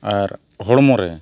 ᱟᱨ ᱦᱚᱲᱢᱚ ᱨᱮ